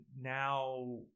now